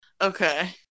Okay